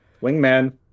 wingman